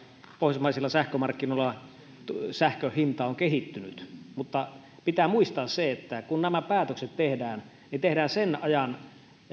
pohjoismaisilla sähkömarkkinoilla sähkön hinta on kehittynyt mutta pitää muistaa se että kun nämä päätökset tehdään ne tehdään sen ajan